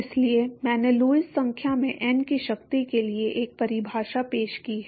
इसलिए मैंने लुईस संख्या में n की शक्ति के लिए एक परिभाषा पेश की है